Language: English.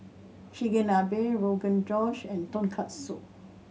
Chigenabe Rogan Josh and Tonkatsu